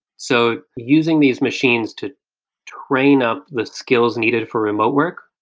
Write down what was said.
so using these machines to train up the skills needed for remote work,